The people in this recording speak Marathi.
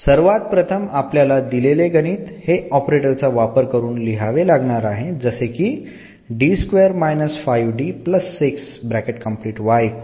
सर्वात प्रथम आपल्याला दिलेले गणित हे ऑपरेटरचा वापर करून लिहावे लागणार आहे जसे की